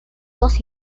dos